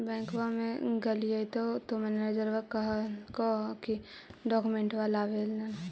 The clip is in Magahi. बैंकवा मे गेलिओ तौ मैनेजरवा कहलको कि डोकमेनटवा लाव ने?